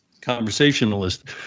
Conversationalist